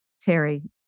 Terry